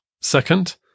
Second